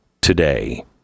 today